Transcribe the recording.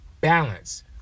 balance